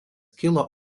kilo